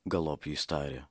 galop jis tarė